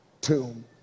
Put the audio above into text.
tomb